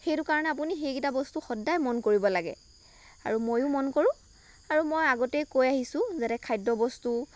সেইটো কাৰণে আপুনি সেইকেইটা বস্তু সদায় মন কৰিব লাগে আৰু ময়ো মন কৰোঁ আৰু মই আগতেই কৈ আহিছোঁ যাতে খাদ্য বস্তু